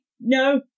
No